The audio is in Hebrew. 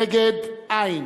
נגד, אין,